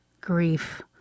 grief